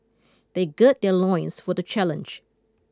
they gird their loins for the challenge